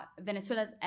Venezuela's